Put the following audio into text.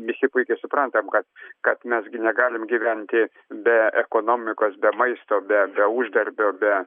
visi puikiai suprantam kad kad mes gi negalim gyventi be ekonomikos be maisto be be uždarbio be